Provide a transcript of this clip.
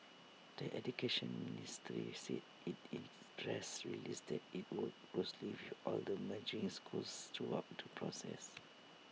the Education Ministry said IT in press release that IT worked closely with all the merging schools throughout the process